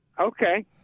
Okay